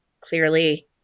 clearly